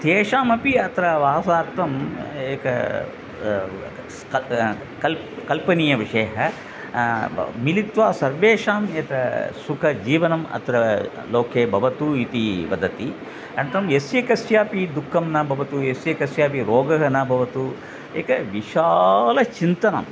तेषामपि अत्र वासार्थम् एकः स्कल् कल् कल्पनीयविषयः म मिलित्वा सर्वेषां यत्र सुखजीवनम् अत्र लोके भवतु इति वदति अनन्तरं यस्य कस्यापि दुःखं न भवतु यस्य कस्यापि रोगः न भवतु एकं विशालचिन्तनम्